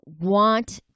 want